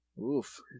Oof